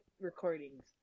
recordings